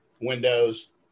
windows